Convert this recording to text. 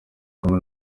kumwe